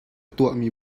tuahmi